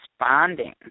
responding